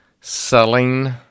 selling